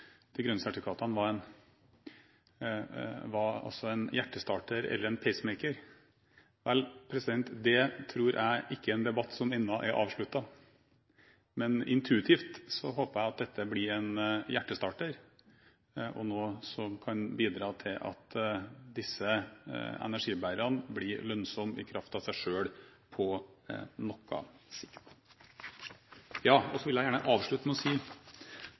de grønne sertifikatene var en hjertestarter eller en pacemaker. Det tror jeg er en debatt som ennå ikke er avsluttet, men intuitivt håper jeg at dette blir en hjertestarter, og noe som kan bidra til at disse energibærerne blir lønnsomme i kraft av seg selv på noe sikt. Jeg vil gjerne avslutte med å si